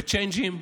בצ'יינג'ים,